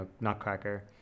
Nutcracker